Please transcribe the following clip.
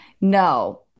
No